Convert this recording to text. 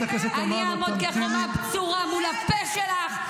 אני אעמוד כחומה בצורה מול הפה שלך.